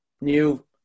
new